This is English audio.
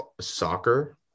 soccer